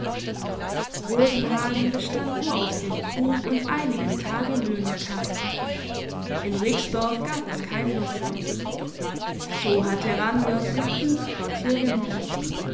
rosenhagen bestand nur aus dem krug und einigen tagelöhnerkaten in rixdorf gab es kein wirtshaus so hatte randers im krug quartier genommen